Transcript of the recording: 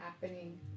happening